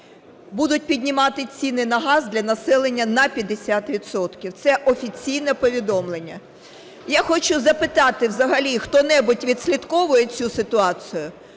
будуть піднімати ціни на газ для населення на 50 відсотків. Це офіційне повідомлення. Я хочу запитати. Взагалі хто-небудь відслідковує цю ситуацію?